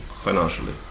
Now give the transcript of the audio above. financially